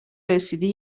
رسیدی